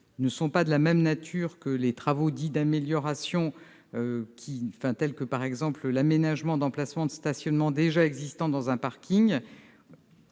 ne sont pas de même nature que ceux qui sont dits d'« amélioration », tels que l'aménagement d'emplacements de stationnement déjà existants dans un parking.